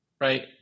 right